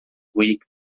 week